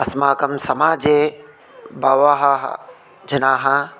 अस्माकं समाजे बहवः जनाः